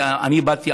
כי אני באתי,